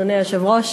אדוני היושב-ראש,